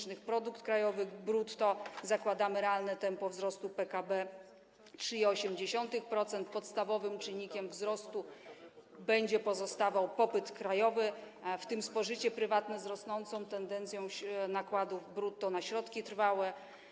Jeśli chodzi o produkt krajowy brutto, zakładamy realne tempo wzrostu PKB 3,8%, podstawowym czynnikiem wzrostu będzie pozostawał popyt krajowy, w tym spożycie prywatne z rosnącą tendencją nakładów brutto na środki trwałe.